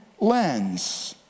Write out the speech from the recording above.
lens